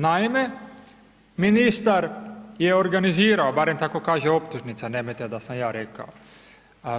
Naime, ministar je organizirao, barem tako kaže optužnica, nemojte da sam ja rekao,